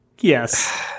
Yes